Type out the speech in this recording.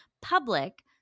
public